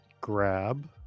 grab